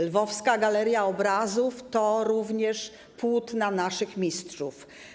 Lwowska galeria obrazów to również płótna naszych mistrzów.